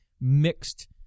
mixed